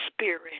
spirit